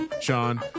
Sean